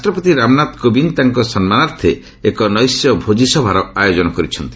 ରାଷ୍ଟ୍ରପତି ରାମନାଥ କୋବିନ୍ଦ ତାଙ୍କ ସମ୍ମାନାର୍ଥେ ଏକ ନୈଶ ଭୋଜିସଭାର ଆୟୋଜନ କରିଛନ୍ତି